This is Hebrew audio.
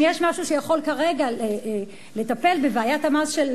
אם יש משהו שיכול כרגע לטפל בבעיית המס של